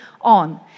on